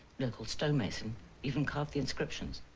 local stonemason even carved the inscriptions.